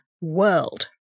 world